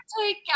take